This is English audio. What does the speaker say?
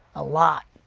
a lot.